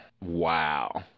Wow